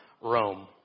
Rome